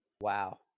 Wow